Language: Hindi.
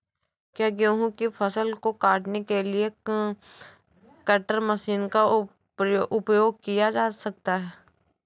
क्या गेहूँ की फसल को काटने के लिए कटर मशीन का उपयोग किया जा सकता है?